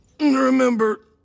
Remember